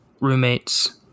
roommates